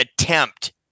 attempt